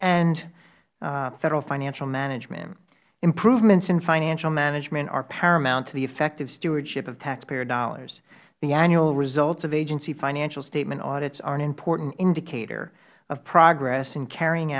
and federal financial management improvements in financial management are paramount to the effectiveness stewardship of taxpayer dollars the annual results of agency financial statement audits are an important indicator of progress in carrying